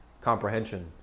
comprehension